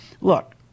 look